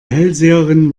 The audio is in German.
hellseherin